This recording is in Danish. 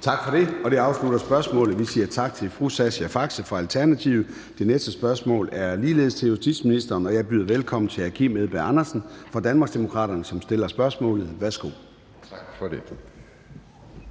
Tak for det. Det afslutter spørgsmålet. Vi siger tak til fru Sascha Faxe fra Alternativet. Det næste spørgsmål er ligeledes til justitsministeren, og jeg byder velkommen til hr. Kim Edberg Andersen fra Danmarksdemokraterne, som stiller spørgsmålet. Kl. 13:26 Spm.